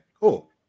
cool